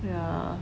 yeah